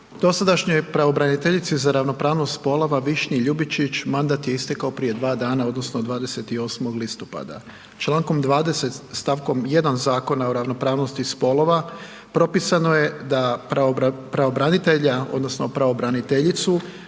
Dosadašnjoj pravobraniteljici za ravnopravnost spolova Višnji Ljubičić mandat je istekao prije 2 dana odnosno 28. listopada. Člankom 20. stavkom 1. Zakona o ravnopravnosti spolova propisano je da pravobranitelja, odnosno pravobraniteljicu